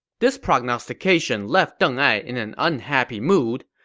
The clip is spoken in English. this prognostication left deng ai in an unhappy mood.